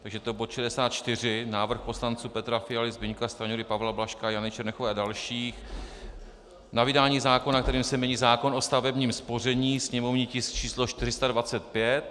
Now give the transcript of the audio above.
Takže je to bod 64, Návrh poslanců Petra Fialy, Zbyňka Stanjury, Pavla Blažka, Jany Černochové a dalších na vydání zákona, kterým se mění zákon o stavebním spoření, sněmovní tisk číslo 425.